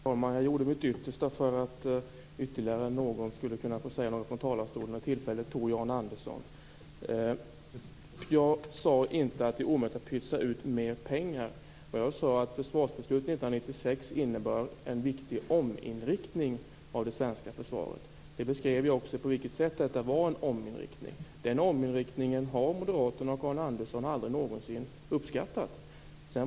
Fru talman! Jag gjorde mitt yttersta för att ytterligare någon skulle kunna få säga någonting från talarstolen. Det tillfället tog Arne Andersson. Jag sade inte att det är omöjligt att pytsa ut mer pengar. Vad jag sade var att försvarsbeslutet 1996 innebar en viktig ominriktning av det svenska försvaret. Jag beskrev också på vilket sätt detta var en ominriktning. Den ominriktningen har Arne Andersson och Moderaterna aldrig någonsin uppskattat.